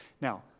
now